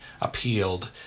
appealed